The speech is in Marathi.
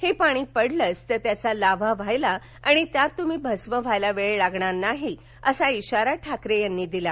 हे पाणी पडलंच तर त्याचा लाव्हा व्हायला आणि त्यात तुम्ही भस्म व्हायला वेळ लागणार नाही असा इशारा ठाकरे यांनी दिला